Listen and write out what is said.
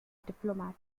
diplomat